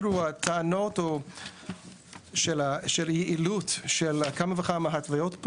טענות על יעילות של כמה וכמה התוויות,